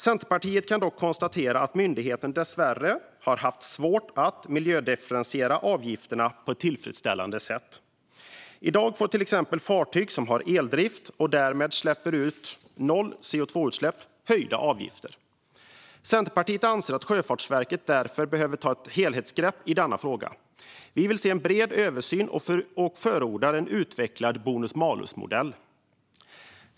Centerpartiet kan dock konstatera att myndigheten dessvärre har haft svårt att miljödifferentiera avgifterna på ett tillfredsställande sätt. I dag får till exempel fartyg som har eldrift, och därmed har noll CO2-utsläpp, höjda avgifter. Centerpartiet anser att Sjöfartsverket därför behöver ta ett helhetsgrepp i denna fråga. Vi vill se en bred översyn, och förordar en utvecklad bonus-malus-modell.